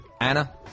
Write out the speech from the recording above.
Anna